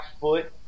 foot